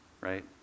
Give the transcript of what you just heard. right